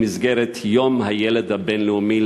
במסגרת יום הילד הבין-לאומי,